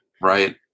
Right